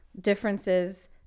differences